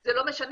זה לא משנה,